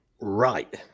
Right